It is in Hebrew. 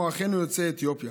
כמו אחינו יוצאי אתיופיה,